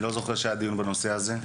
אני לא זוכר שהיה דיון בנושא הזה.